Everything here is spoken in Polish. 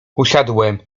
usiadłem